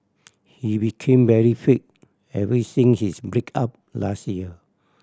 he became very fit ever since his break up last year